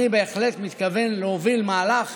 אני בהחלט מתכוון להוביל מהלך